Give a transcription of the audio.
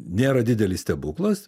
nėra didelis stebuklas